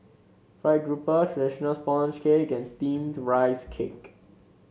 fried grouper traditional sponge cake and steamed Rice Cake